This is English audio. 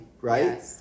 right